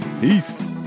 Peace